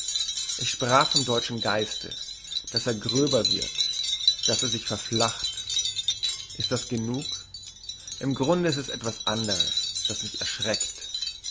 ich sprach vom deutschen geiste dass er gröber wird dass er sich verflacht ist das genug im grunde ist es etwas ganz anderes das mich erschreckt